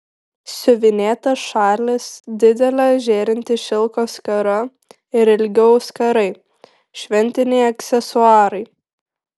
siuvinėtas šalis didelė žėrinti šilko skara ir ilgi auskarai šventiniai aksesuarai